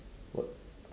what